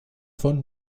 von